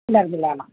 पुनर्मिलामः